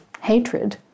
hatred